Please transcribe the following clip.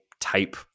type